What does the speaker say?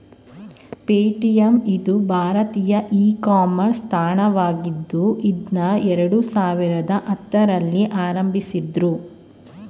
Paytm ಇದು ಭಾರತೀಯ e commerce ತಾಣವಾಗಿದ್ದು ಇದ್ನಾ ಎರಡು ಸಾವಿರದ ಹತ್ತುರಲ್ಲಿ ಪ್ರಾರಂಭಿಸಿದ್ದ್ರು